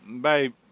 Babe